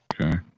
Okay